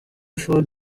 ford